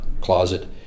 closet